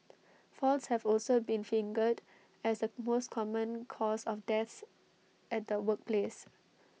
falls have also been fingered as the most common cause of deaths at the workplace